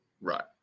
Right